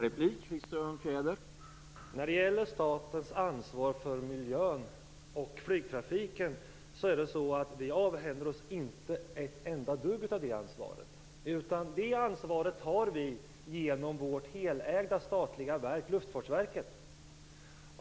Herr talman! Vi avhänder oss inte ett enda dugg av statens ansvar för miljön när det gäller flygtrafiken. Det ansvaret tar vi genom vårt helägda statliga verk, Luftfartsverket.